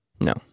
no